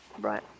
Right